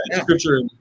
Scripture